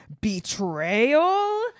betrayal